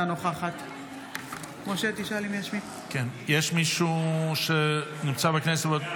אינה נוכחת יש מישהו שנמצא בכנסת?